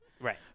Right